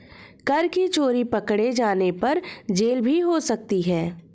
कर की चोरी पकडे़ जाने पर जेल भी हो सकती है